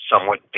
somewhat